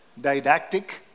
didactic